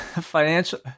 financial